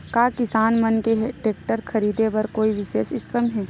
का किसान मन के टेक्टर ख़रीदे बर कोई विशेष स्कीम हे?